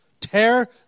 Tear